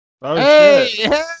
Hey